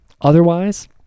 Otherwise